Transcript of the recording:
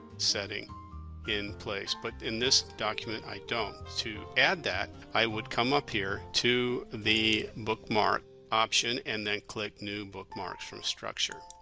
setting in place but in this document i don't to add that i would come up here to the bookmark option and then click new bookmarks from structure